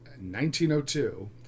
1902